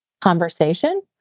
conversation